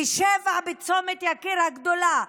ב-19:00 בצומת יקיר הגדולה,